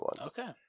Okay